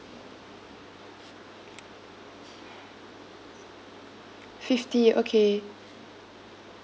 fifty okay